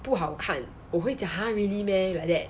不好看我会讲 !huh! really meh like that